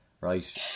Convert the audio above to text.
Right